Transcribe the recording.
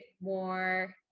more